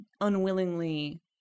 unwillingly